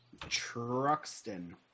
Truxton